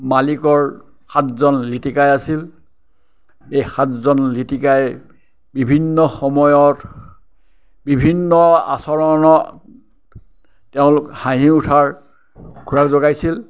মালিকৰ সাতজন লিটিকাই আছিল এই সাতজন লিটিকাই বিভিন্ন সময়ত বিভিন্ন আচৰণত তেওঁলোক হাঁহি উঠাৰ খোৰাক যোগাইছিল